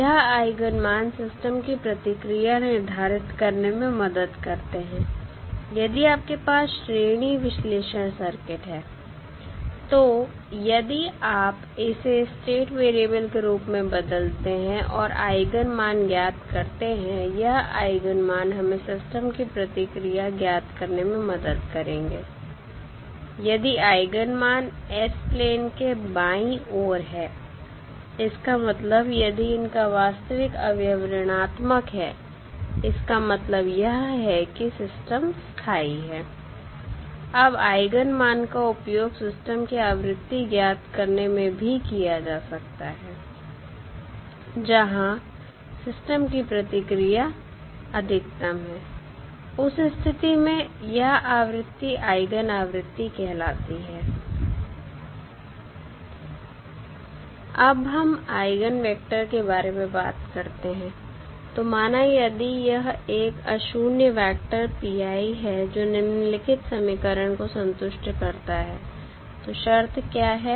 यह आइगन मान सिस्टम की प्रतिक्रिया निर्धारित करने में मदद करते हैं यदि आपके पास श्रेणी विश्लेषण सर्किट है तो यदि आप इसे स्टेट वेरिएबल के रूप में बदलते हैं और आइगन मान ज्ञात करते हैं यह आइगन मान हमें सिस्टम की प्रतिक्रिया ज्ञात करने में मदद करेंगे यदि आइगन मान s प्लेन के बाई ओर हैं इसका मतलब यदि इनका वास्तविक अवयव ऋणात्मक है इसका मतलब यह है कि सिस्टम स्थाई है अब आइगन मान का उपयोग सिस्टम की आवृत्ति ज्ञात करने में भी किया जा सकता है जहां सिस्टम की प्रतिक्रिया अधिकतम है उस स्थिति में यह आवृत्ति आइगन आवृत्ति कहलाती है अब हम आइगन वेक्टर के बारे में बात करते हैं तो माना यदि यह एक अशून्य वेक्टर है जो निम्नलिखित समीकरण को संतुष्ट करता है तो शर्त क्या है